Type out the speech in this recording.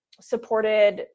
supported